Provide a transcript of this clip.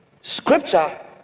scripture